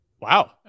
Wow